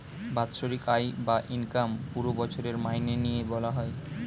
বাৎসরিক আয় বা ইনকাম পুরো বছরের মাইনে নিয়ে বলা হয়